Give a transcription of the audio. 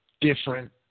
different